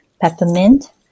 peppermint